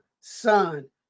son